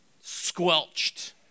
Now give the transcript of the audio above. squelched